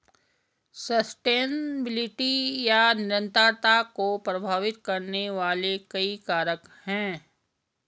sustainability या निरंतरता को प्रभावित करने वाले कई कारक हैं